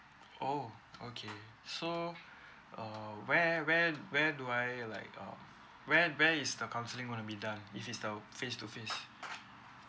oh okay so err where where where do I like um where where is the counselling want to be done if is the face to face